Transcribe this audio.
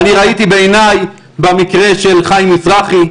אני ראיתי בעיניי במקרה של חיים מזרחי,